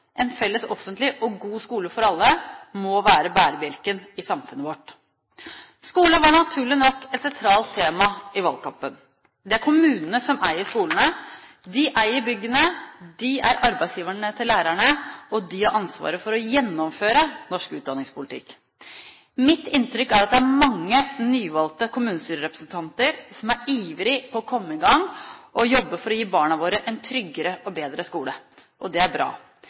En felles offentlig og god skole for alle må være bærebjelken i samfunnet vårt. Skole var naturlig nok et sentralt tema i valgkampen. Det er kommunene som eier skolene. De eier byggene, de er arbeidsgiverne til lærerne, og de har ansvaret for å gjennomføre norsk utdanningspolitikk. Mitt inntrykk er at det er mange nyvalgte kommunestyrerepresentanter som er ivrige etter å komme i gang og jobbe for å gi barna våre en tryggere og bedre skole. Det er bra.